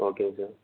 ஓகேங்க சார்